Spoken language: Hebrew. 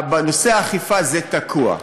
בנושא האכיפה זה תקוע.